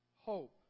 Hope